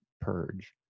purge